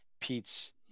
Pete's